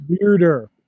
Weirder